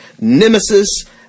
nemesis